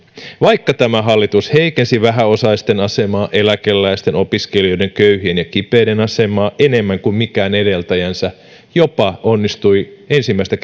vaikka tämä hallitus heikensi vähäosaisten asemaa eläkeläisten opiskelijoiden köyhien ja kipeiden asemaa enemmän kuin mikään edeltäjänsä jopa onnistui ensimmäistä